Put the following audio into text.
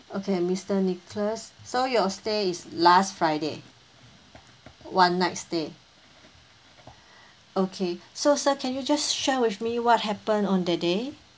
okay mister nicholas so your stay is last friday one night stay okay so sir can you just share with me what happened on the day